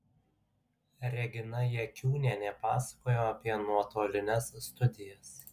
regina jakiūnienė pasakojo apie nuotolines studijas